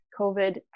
COVID